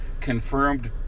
confirmed